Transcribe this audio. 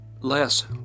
less